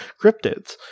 cryptids